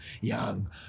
young